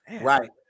Right